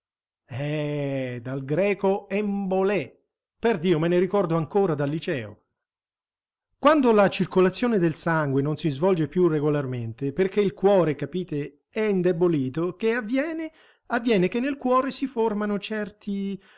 eh dal greco embolé perdio me ne ricordo ancora dal liceo quando la circolazione del sangue non si svolge più regolarmente perché il cuore capite è indebolito che avviene avviene che nel cuore si formano certi